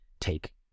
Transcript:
take